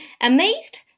Amazed